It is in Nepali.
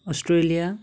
अस्ट्रेलिया